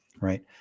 Right